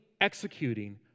executing